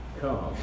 come